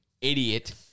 idiot